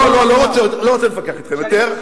לא רוצה להתווכח אתכם יותר,